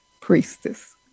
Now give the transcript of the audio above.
priestess